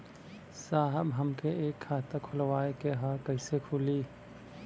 साहब हमके एक खाता खोलवावे के ह कईसे खुली?